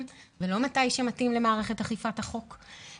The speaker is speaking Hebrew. ולא בזמן שמתאים למערכת אכיפת החוק.